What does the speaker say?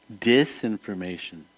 disinformation